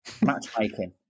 Matchmaking